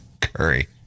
Curry